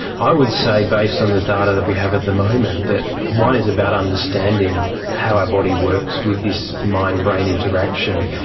i would say based on the data that we have at the moment that one is about understanding how our body works with this mind-brain interaction,